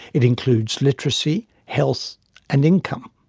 it includes literacy, health and income.